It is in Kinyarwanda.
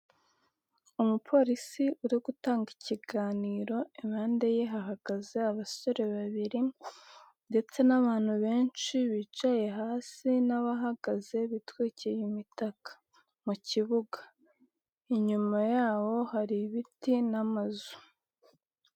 Umupolisi uri gutanga ikiganiro impande ye hahagaze abasore babiri ndetse n'abantu benshi bicaye hasi n'abahagaze bitwikiye imitaka mu kibuga. Inyuma yaho hari ibiti n'amazu.